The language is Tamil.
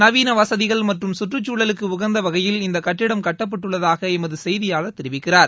நவீன வசதிகள் மற்றும் சுற்றுச்சூழலுக்கு உகந்த வகையில் இந்த கட்டிடம் கட்டப்பட்டுள்ளதாக எமது செய்தியாளர் தெரிவிக்கிறார்